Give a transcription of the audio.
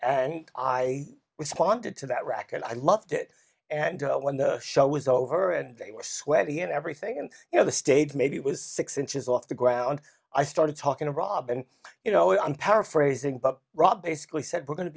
and i responded to that record i loved it and when the show was over and they were sweaty and everything and you know the stage maybe was six inches off the ground i started talking to rob and you know i'm paraphrasing but rob basically said we're going to